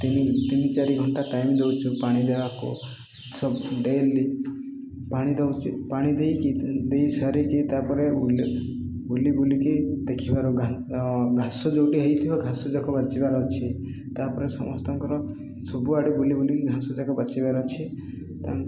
ତିନି ତିନି ଚାରି ଘଣ୍ଟା ଟାଇମ୍ ଦଉଛୁ ପାଣି ଦେବାକୁ ସବ ଡେଲି ପାଣି ଦଉଛୁ ପାଣି ଦେଇକି ଦେଇସାରିକି ତାପରେ ବୁଲି ବୁଲି ବୁଲିକି ଦେଖିବାରୁ ଘାସ ଯେଉଁଠି ହେଇଥିବ ଘାସ ଯାକ ବାଛିବାର ଅଛି ତାପରେ ସମସ୍ତଙ୍କର ସବୁଆଡ଼େ ବୁଲି ବୁଲିକି ଘାସ ଯାକ ବାଛିବାର ଅଛି